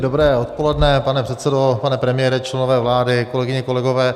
Dobré odpoledne, pane předsedo, pane premiére, členové vlády, kolegyně, kolegové.